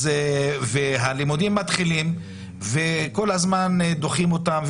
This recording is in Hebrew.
הלימודים מתחילים וכל הזמן דוחים אותם,